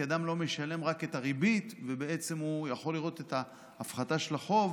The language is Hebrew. כי אדם לא משלם רק את הריבית ובעצם הוא יכול לראות את ההפחתה של החוב,